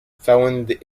found